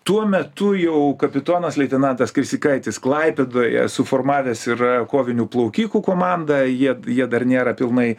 tuo metu jau kapitonas leitenantas krisikaitis klaipėdoje suformavęs tai yra kovinių plaukikų komandą jie jie dar nėra pilnai